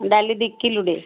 ହଁ ଡାଲି ଦୁଇ କିଲୋଟେ